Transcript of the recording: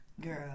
Girl